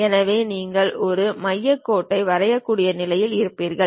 எனவே நீங்கள் ஒரு மையக் கோட்டை வரையக்கூடிய நிலையில் இருப்பீர்கள்